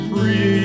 Free